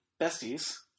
besties